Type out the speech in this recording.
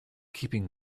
keeping